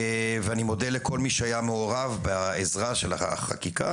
ואני מודה לכל מי שהיה מעורב בעזרה בחקיקה